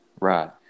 Right